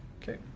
Okay